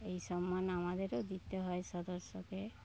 এই সম্মান আমাদেরও দিতে হয় সদস্যকে